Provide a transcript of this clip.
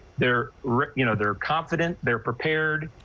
they're right, you know they're confident they're prepared.